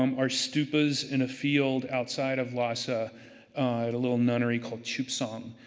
um our stupors in a field outside of lhasa, at a little nunnery called chupsom.